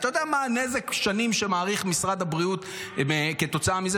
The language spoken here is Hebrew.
אתה יודע מה הנזק שמעריך משרד הבריאות שנים כתוצאה מזה